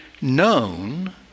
known